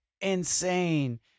insane